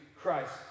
Christ